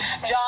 John